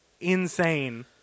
insane